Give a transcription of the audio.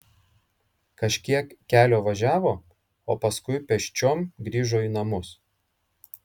kažkiek kelio važiavo o paskui pėsčiom grįžo į namus